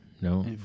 No